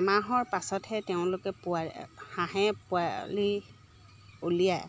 এমাহৰ পাছতহে তেওঁলোকে পোৱালি হাঁহে পোৱালি উলিয়াই